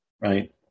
right